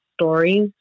stories